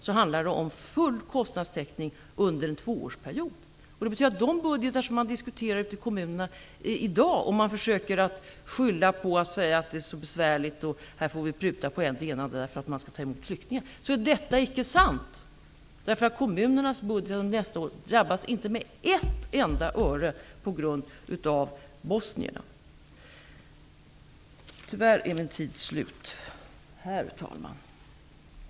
Det innebär full kostnadstäckning under en tvåårsperiod. När man i dag diskuterar budgetar i kommunerna försöker man skylla på att det är så besvärligt och att man får pruta på än det ena och än det andra för att man skall ta emot flyktingar. Detta är icke sant! Kommunernas budgetar under nästa år drabbas inte med ett enda öre på grund av bosnierna! Herr talman! Tyvärr är min taletid nu slut.